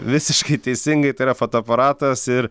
visiškai teisingai tai yra fotoaparatas ir